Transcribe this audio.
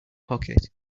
pocket